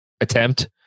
attempt